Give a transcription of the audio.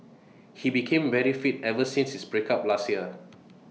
he became very fit ever since his breakup last year